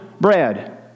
bread